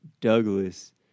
Douglas